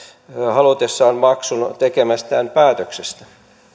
halutessaan maksun tekemästään päätöksestä